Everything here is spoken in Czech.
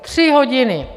Tři hodiny.